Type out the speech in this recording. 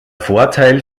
vorteil